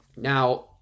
Now